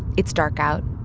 it's dark out.